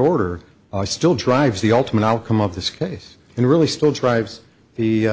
order still drives the ultimate outcome of this case and really still drives the